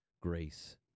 grace